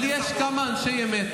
אבל יש כמה אנשי אמת